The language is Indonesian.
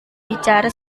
bicara